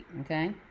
okay